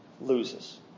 loses